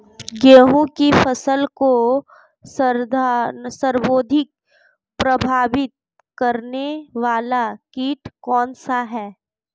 गेहूँ की फसल को सर्वाधिक प्रभावित करने वाला कीट कौनसा है?